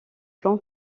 plan